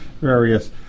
various